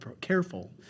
careful